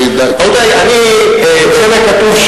במג'לה כתוב,